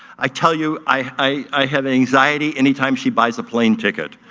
i tell you, i have anxiety any time she buys a plane ticket